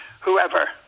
whoever